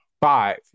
five